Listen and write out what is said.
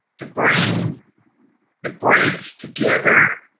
to bring the bridge together,